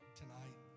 tonight